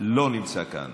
לא נמצא כאן.